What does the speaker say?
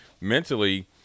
mentally